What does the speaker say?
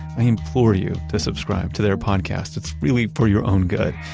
i implore you to subscribe to their podcast. it's really for your own good.